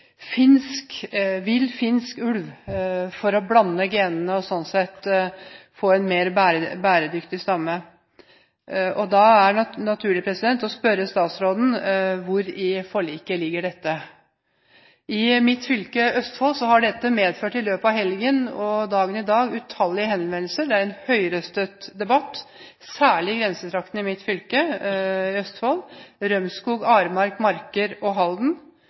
finsk ulv for å blande genene og sånn få en mer bæredyktig stamme. Da er det naturlig å spørre statsråden: Hvor i forliket ligger dette? I mitt fylke, Østfold, har dette i løpet av helgen og dagen i dag medført utallige henvendelser. Det er en høyrøstet debatt, særlig i grensetraktene i mitt fylke, Østfold – i Rømskog, Aremark, Marker og Halden